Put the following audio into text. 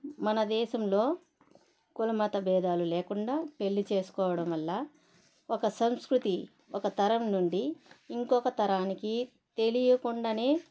మన దేశంలో కుల మత భేదాలు లేకుండా పెళ్లి చేసుకోవడం వల్ల ఒక సంస్కృతి ఒక తరం నుండి ఇంకొక తరానికి తెలియకుండానే